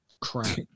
crap